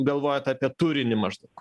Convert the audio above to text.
galvojat apie turinį maždaug